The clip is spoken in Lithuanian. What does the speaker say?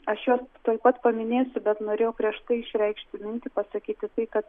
aš juos tuoj pat paminėsiu bet norėjau prieš tai išreikšti mintį pasakyti tai kad